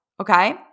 Okay